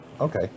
Okay